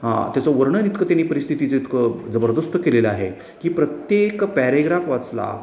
हां त्याचं वर्णन इतकं त्यानी परिस्थितीचं इतकं जबरदुस्त केलेलं आहे की प्रत्येक पॅरेग्राफ वाचला